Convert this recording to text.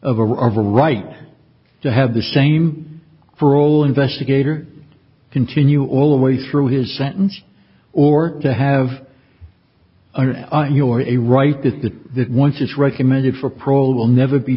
of a of a right to have the same for all investigator continue all the way through his sentence or to have your a right is that that once it's recommended for parole will never be